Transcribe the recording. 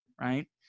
right